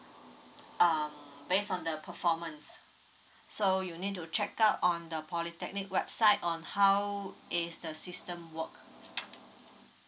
um based on the performance so you need to check out on the polytechnic website on how is the system work